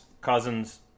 Cousins